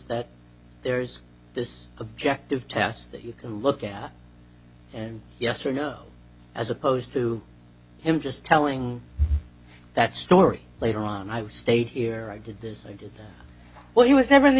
that there's this objective test that you look at him yes or no as opposed to him just telling that story later on i stayed here i did this i did well he was never in the